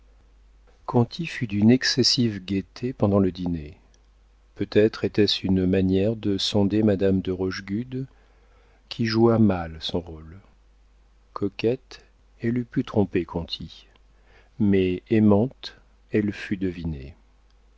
lèvres conti fut d'une excessive gaieté pendant le dîner peut-être était-ce une manière de sonder madame de rochegude qui joua mal son rôle coquette elle eût pu tromper conti mais aimante elle fut devinée